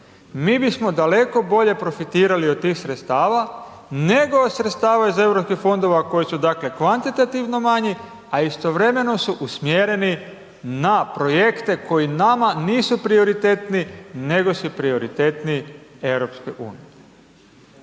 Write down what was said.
mi bismo daleko bolje profitirali od tih sredstava, nego od sredstava iz Europskih fondova koji su, dakle, kvantitativno manji, a istovremeno su usmjereni na projekte koji nama nisu prioritetni, nego su prioritetni EU. Također je